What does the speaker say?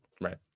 right